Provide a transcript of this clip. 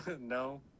No